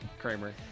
Kramer